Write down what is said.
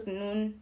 noon